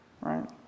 Right